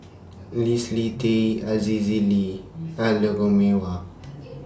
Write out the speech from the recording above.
Leslie Tay Aziza Ali and Lou Mee Wah